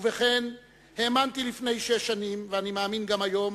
ובכן, האמנתי לפני שש שנים, ואני מאמין גם היום,